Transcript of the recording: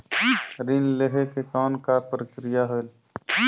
ऋण लहे के कौन का प्रक्रिया होयल?